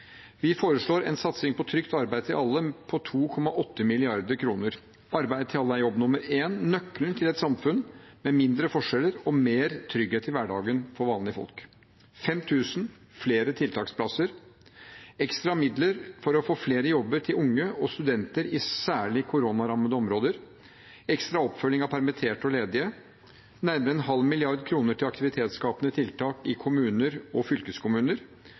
Vi foreslår en satsing på trygt arbeid til alle på 2,8 mrd. kr. Arbeid til alle er jobb nummer én og nøkkelen til et samfunn med mindre forskjeller og mer trygghet i hverdagen for vanlige folk. Vi foreslår 5 000 flere tiltaksplasser, ekstra midler for å få flere jobber til unge og studenter i særlig koronarammede områder, ekstra oppfølging av permitterte og ledige, nærmere en halv milliard kroner til aktivitetsskapende tiltak i kommuner og fylkeskommuner,